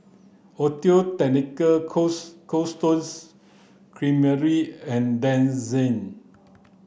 Audio Technica Stones Creamery and Denizen